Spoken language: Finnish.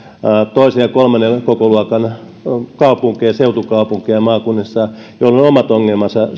toisen ja kolmannen kokoluokan kaupunkeja seutukaupunkeja maakunnissa joilla on omat ongelmansa